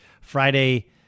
Friday